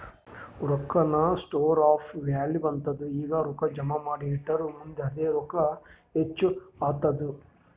ರೊಕ್ಕಾನು store of value ಆತ್ತುದ್ ಈಗ ರೊಕ್ಕಾ ಜಮಾ ಮಾಡಿ ಇಟ್ಟುರ್ ಮುಂದ್ ಅದೇ ರೊಕ್ಕಾ ಹೆಚ್ಚ್ ಆತ್ತುದ್